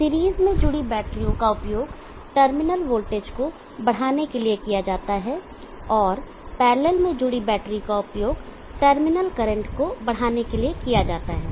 series में जुड़ी बैटरियों का उपयोग टर्मिनल वोल्टेज को बढ़ाने के लिए किया जाता है और पैरलल में जुड़ी बैटरी का उपयोग टर्मिनल करंट को बढ़ाने के लिए किया जाता है